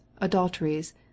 adulteries